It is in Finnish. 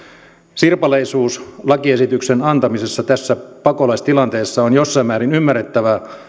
sirpaleisuus lakiesityksen antamisessa tässä pakolaistilanteessa on jossain määrin ymmärrettävää